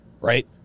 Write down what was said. right